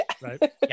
right